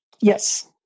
Yes